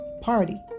party